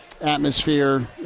Atmosphere